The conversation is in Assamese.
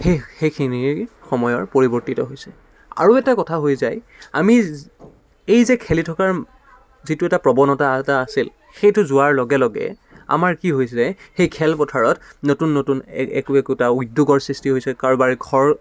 সেই সেইখিনিৰ সময়ৰ পৰিৱৰ্তিত হৈছে আৰু এটা কথা হৈ যায় আমি এই যে খেলি থকাৰ যিটো এটা প্ৰৱণতা এটা আছিল সেইটো যোৱাৰ লগে লগে আমাৰ কি হৈছে সেই খেল পথাৰত নতুন নতুন এক একো একোটা উদ্যোগৰ সৃষ্টি হৈছে কাৰোবাৰ ঘৰ